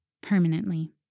Permanently